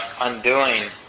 undoing